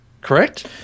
correct